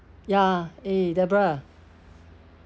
ya eh deborah